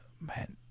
man